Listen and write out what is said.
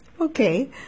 Okay